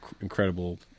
incredible